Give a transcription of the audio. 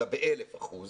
אלא באלף אחוז.